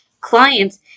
clients